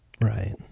Right